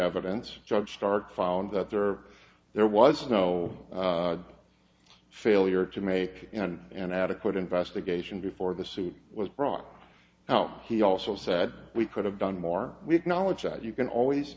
evidence judge stark found that there there was no failure to make an adequate investigation before the suit was brought out he also said we could have done more with knowledge you can always